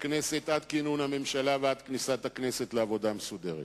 הכנסת ועד כינון הממשלה ועד כניסת הכנסת לעבודה מסודרת.